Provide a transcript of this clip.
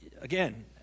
again